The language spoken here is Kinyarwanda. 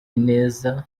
ineza